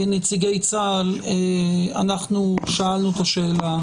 נציגי צה"ל, אנחנו שאלנו פה השאלה: